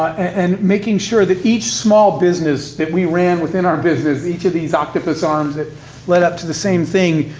and making sure that each small business that we ran within our business, each of these octopus arms that led up to the same thing,